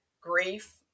Grief